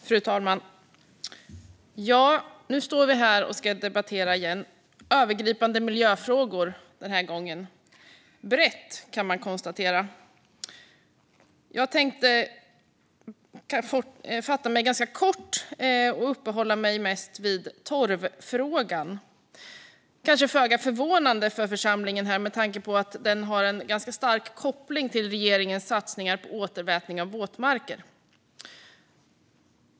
Fru talman! Nu står vi här och ska debattera igen. Den här gången gäller det övergripande miljöfrågor. Det är brett, kan man konstatera. Jag tänkte fatta mig ganska kort och uppehålla mig mest vid torvfrågan. Det är kanske föga förvånande för församlingen här med tanke på att den har en ganska stark koppling till regeringens satsningar på återvätning av våtmarker.